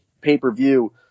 pay-per-view